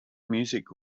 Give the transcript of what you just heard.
music